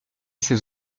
ses